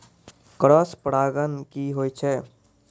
Cross परागण की होय छै?